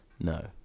No